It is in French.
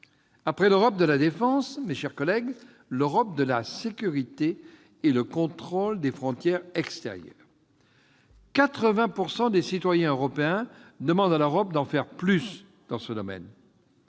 Après l'Europe de la défense, je veux aborder l'Europe de la sécurité et le contrôle des frontières extérieures. Quelque 80 % des citoyens européens demandent à l'Europe d'en faire plus dans ce domaine.